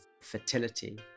fertility